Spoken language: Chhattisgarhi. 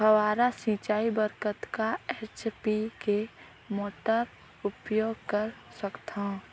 फव्वारा सिंचाई बर कतका एच.पी के मोटर उपयोग कर सकथव?